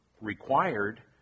required